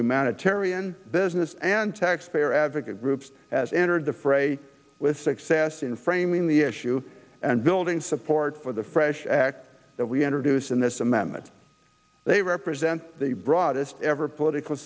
humanitarian business and taxpayer advocate groups as entered the fray with success in framing the issue and building support for the fresh act that we introduce in this amendment they represent the broadest ever political